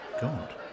God